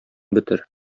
бетер